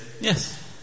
Yes